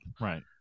right